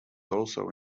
also